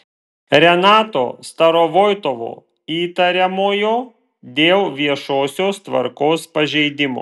renato starovoitovo įtariamojo dėl viešosios tvarkos pažeidimo